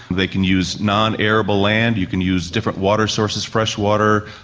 they can use non-arable land, you can use different water sources, fresh water,